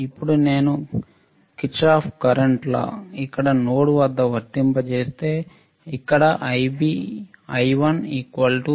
ఇప్పుడు నేను Kirchhoff current law ఇక్కడ నోడ్ వద్ద వర్తింపజేస్తే ఇక్కడ I I2 Ib1 సరే